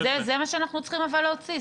זה מה שאנחנו צריכים להוציא.